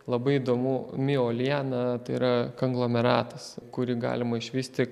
labai įdomu mioliena tai yra kanglameratas kurį galima išvysti